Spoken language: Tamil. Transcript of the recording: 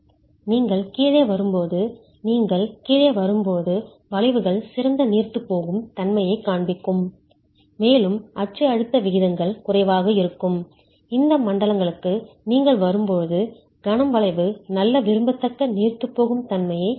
நீங்கள் கீழே வரும்போது நீங்கள் கீழே வரும்போது வளைவுகள் சிறந்த நீர்த்துப்போகும் தன்மையைக் காண்பிக்கும் மேலும் அச்சு அழுத்த விகிதங்கள் குறைவாக இருக்கும் இந்த மண்டலங்களுக்கு நீங்கள் வரும்போது கணம் வளைவு நல்ல விரும்பத்தக்க நீர்த்துப்போகும் தன்மையைக் காண்பிக்கும்